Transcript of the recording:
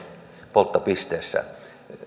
polttopisteessä